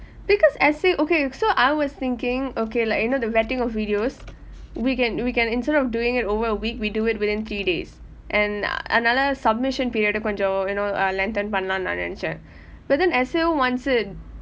because S_A okay so I was thinking okay like you know the vetting of videos we can we can instead of doing it over a week we do it within three days and அதனாலே:athanaalae submission period கொஞ்சம்:koncham you know ah lengthen பண்ணலாம் நான் நினைச்சேன்:pannalaam naan ninaichen but then S_A_O wants it